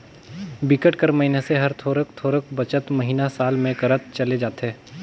बिकट कर मइनसे हर थोरोक थोरोक बचत महिना, साल में करत चले जाथे